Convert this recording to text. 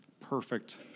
perfect